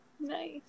nice